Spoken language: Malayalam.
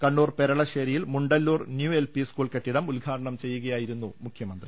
കണ്ണൂർ പെരളശേരിയിൽ മുണ്ടല്ലൂർ ന്യൂ എൽപി സ്കൂൾ കെട്ടിടം ഉദ്ഘാടനം ചെയ്യുകായിരുന്നു മുഖ്യമന്ത്രി